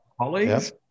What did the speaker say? colleagues